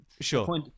sure